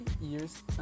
years